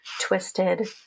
twisted